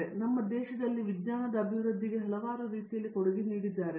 ಅವರು ನಮ್ಮ ದೇಶದಲ್ಲಿ ವಿಜ್ಞಾನದ ಅಭಿವೃದ್ಧಿಗೆ ಹಲವಾರು ರೀತಿಯಲ್ಲಿ ಕೊಡುಗೆ ನೀಡಿದ್ದಾರೆ